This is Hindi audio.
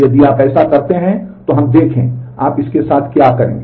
यदि आप ऐसा करते हैं तो हमें देखें कि आप इसके साथ क्या करेंगे